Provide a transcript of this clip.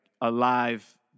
alive